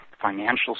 financial